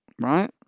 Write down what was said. right